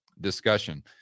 discussion